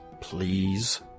Please